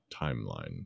timeline